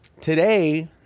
Today